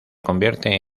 convierte